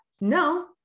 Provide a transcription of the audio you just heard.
No